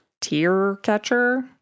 tear-catcher